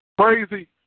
Crazy